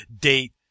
date